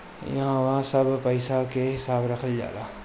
इहवा सब पईसा के हिसाब रखल जाला